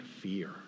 fear